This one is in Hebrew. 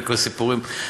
כל הסיפורים.